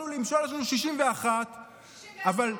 יש לנו 61". 64,